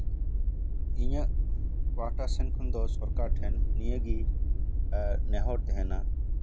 ᱤᱧᱟᱹᱜ ᱯᱟᱦᱴᱟ ᱥᱮᱱ ᱠᱷᱚᱱ ᱫᱚ ᱱᱤᱭᱟᱹᱜᱮ ᱱᱮᱦᱚᱨ ᱛᱟᱦᱮᱱᱟ